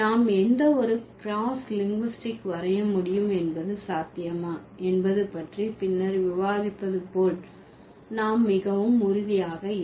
நாம் எந்த ஒரு கிராஸ்லிங்குஸ்டிக் வரைய முடியும் என்பது சாத்தியமா என்பது பற்றி பின்னர் விவாதிப்பது போல் நாம் மிகவும் உறுதியாக இல்லை